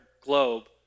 globe